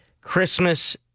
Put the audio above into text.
Christmas